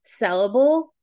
sellable